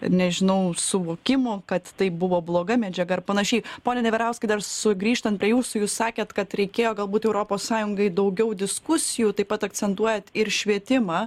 nežinau suvokimo kad tai buvo bloga medžiaga ar panašiai pone neverauskai dar sugrįžtant jūsų jūs sakėt kad reikėjo galbūt europos sąjungai daugiau diskusijų taip pat akcentuojat ir švietimą